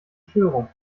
störung